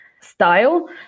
style